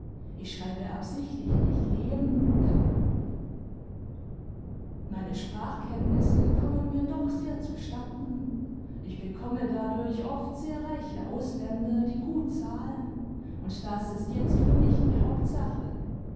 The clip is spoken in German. ich schreibe absichtlich nicht leben kann meine sprachkenntnisse kommen mir doch sehr zustatten ich bekomme dadurch oft sehr reiche ausländer die gut zahlen und das ist jetzt für mich die hauptsache